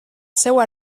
seua